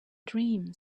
dream